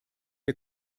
der